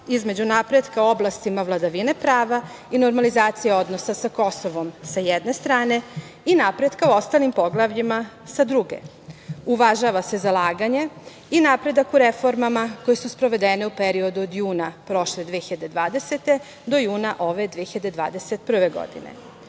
između napretka u oblastima vladavine prava i normalizaciji odnosa sa Kosovom sa jedne strane i napretka u ostalim poglavljima sa druge. Uvažava se zalaganje i napredak u reformama koje su sprovedene u periodu od juna prošle 2020. do juna ove 2021. godine.U